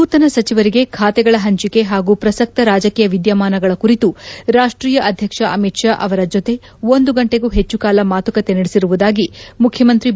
ನೂತನ ಸಚಿವರಿಗೆ ಖಾತೆಗಳ ಪಂಚಿಕೆ ಹಾಗೂ ಪ್ರಸಕ್ತ ರಾಜಕೀಯ ವಿದ್ಯಮಾನಗಳ ಕುರಿತು ರಾಷ್ಷೀಯ ಅಧ್ಯಕ್ಷ ಅಮಿತ್ ಶಾ ಅವರ ಜೊತೆ ಒಂದು ಗಂಟೆಗೂ ಹೆಚ್ಚು ಕಾಲ ಮಾತುಕತೆ ನಡೆಸಿರುವುದಾಗಿ ಮುಖ್ಯಮಂತ್ರಿ ಬಿ